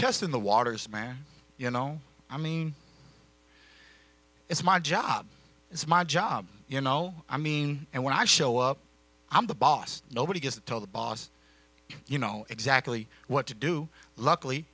test in the waters man you know i mean it's my job it's my job you know i mean and when i show up i'm the boss nobody has to tell the boss you know exactly what to do luckily